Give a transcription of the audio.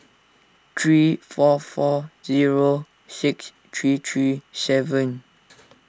three four four zero six three three seven